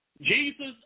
Jesus